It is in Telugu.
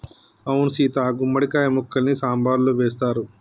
అవును సీత గుమ్మడి కాయ ముక్కల్ని సాంబారులో వేస్తారు